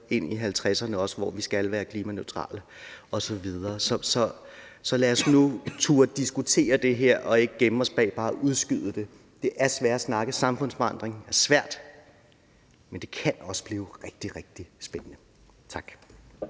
ind i 2050'erne, hvor vi skal være klimaneutrale osv. Så lad os nu turde diskutere det her og ikke gemme os og bare udskyde det. Det er svære snakke. Samfundsforandring er svært, men det kan også blive rigtig, rigtig spændende. Tak.